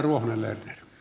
arvoisa puhemies